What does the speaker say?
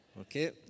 Okay